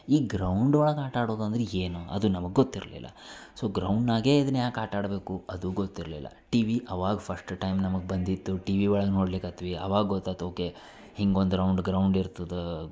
ಈ ಗ್ರೌಂಡ್ ಒಳಗೆ ಆಟಾಡೋದು ಅಂದ್ರೆ ಏನು ಅದು ನಮಗೆ ಗೊತ್ತಿರಲಿಲ್ಲ ಸೊ ಗ್ರೌಂಡಿನಾಗೇ ಇದನ್ನು ಯಾಕೆ ಆಟಾಡಬೇಕು ಅದು ಗೊತ್ತಿರಲಿಲ್ಲ ಟಿವಿ ಆವಾಗ ಫಸ್ಟ್ ಟೈಮ್ ನಮಗೆ ಬಂದಿತ್ತು ಟಿವಿ ಒಳಗೆ ನೋಡಲಿಕತ್ವಿ ಅವಾಗ ಗೊತ್ತಾತ್ ಓಕೆ ಹೀಗ್ ಒಂದು ರೌಂಡ್ ಗ್ರೌಂಡ್ ಇರ್ತದೆ